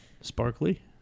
Sparkly